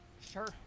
Sure